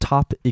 Top